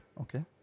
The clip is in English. Okay